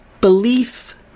belief